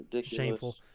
shameful